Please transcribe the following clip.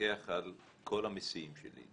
לפקח על כל המסיעים שלי.